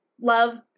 love